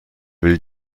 will